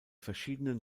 verschiedenen